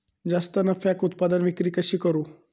जास्त नफ्याक उत्पादन विक्री कशी करू?